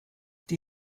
die